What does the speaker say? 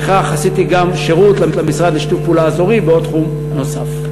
וכך עשיתי גם שירות למשרד לשיתוף פעולה אזורי בתחום נוסף.